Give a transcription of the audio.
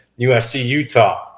USC-Utah